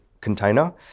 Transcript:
container